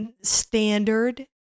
standard